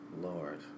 Lord